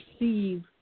receive